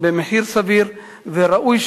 במחיר סביר וראוי,